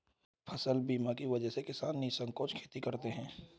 फसल बीमा की वजह से किसान निःसंकोच खेती करते हैं